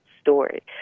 story